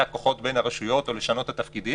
הכוחות בין הרשויות או לשנות את התפקידים,